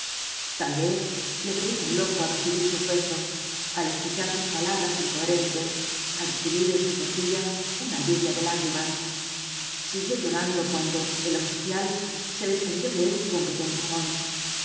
tal vez le creía un loco al recibir sus besos al escuchar sus palabras incoherentes al recibir en sus mejillas una lluvia de lágrimas siguió llorando cuando el oficial se desprendió de él con rudo empujón